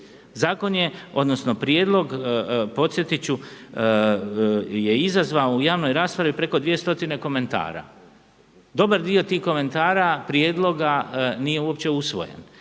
Zakon je odnosno, Prijedlog podsjetit ću je izazvao u javnoj raspravi preko dvije stotine komentara. Dobar dio tih komentara, prijedloga nije uopće usvojen.